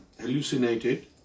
hallucinated